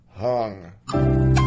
hung